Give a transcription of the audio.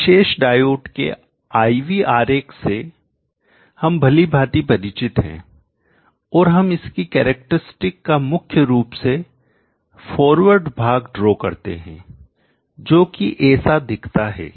इस विशेष डायोड के I V आरेख से हम भलीभांति परिचित हैं और हम इसकी कैरेक्टरस्टिक विशेषताओं का मुख्य रूप से फॉरवर्ड भाग ड्रॉ करते हैं जो कि ऐसा दिखता है